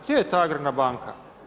Gdje je ta Agrarna banka?